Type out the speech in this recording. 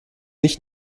nicht